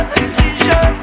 decision